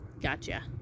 Gotcha